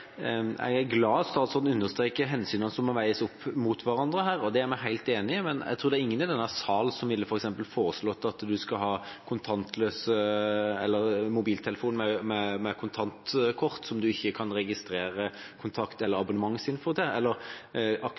Jeg er glad for at statsråden understreker hensynene som må veies opp mot hverandre her, det er vi helt enig i, men jeg tror ikke det er noen i denne salen som f.eks. ville foreslått at en skulle ha mobiltelefoner med kontantkort, der en ikke kan registrere kontakt- eller abonnementsinfo, eller akseptert at bileiere kunne kjøre rundt uten at en knytter noe navn til